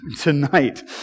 tonight